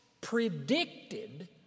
predicted